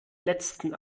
letzten